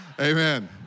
amen